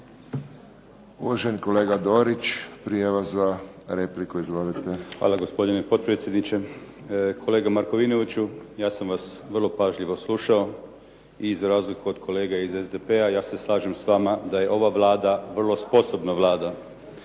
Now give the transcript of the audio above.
Uvaženi kolega Dorić, prijava za repliku. Izvolite. **Dorić, Miljenko (HNS)** Hvala gospodine potpredsjedniče. Kolega Markovinoviću ja sam vas vrlo pažljivo slušao i za razliku od kolega iz SDP-a ja se slažem s vama da je ova Vlada vrlo sposobna Vlada.